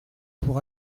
pour